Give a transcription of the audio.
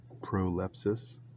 Prolepsis